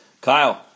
Kyle